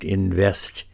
invest